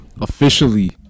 officially